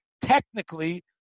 technically